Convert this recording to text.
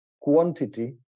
quantity